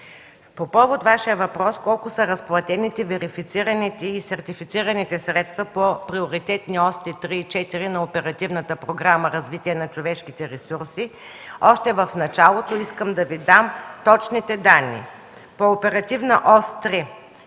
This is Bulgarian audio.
По повод Вашия въпрос: колко са разплатените, верифицираните и сертифицираните средства по приоритетни оси 3 и 4 на Оперативната програма „Развитие на човешките ресурси”, още в началото искам да Ви дам точните данни. По